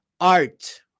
art